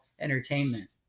entertainment